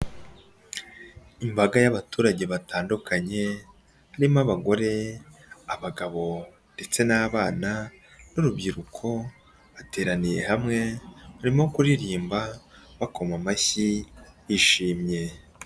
Imbaga y'abaturage batandukanye harimo abagore, abagabo ndetse n'abana b'urubyiruko bateraniye hamwe barimo kuririmba, bakoma amashyi, bishimye.